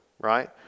right